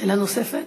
שאלה נוספת?